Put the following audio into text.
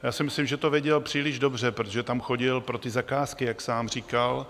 Já si myslím, že to věděl příliš dobře, protože tam chodil pro ty zakázky, jak sám říkal.